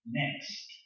next